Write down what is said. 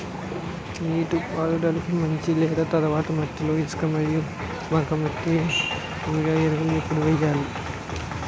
నీటిపారుదలకి ముందు లేదా తర్వాత మట్టిలో ఇసుక మరియు బంకమట్టి యూరియా ఎరువులు ఎప్పుడు వేయాలి?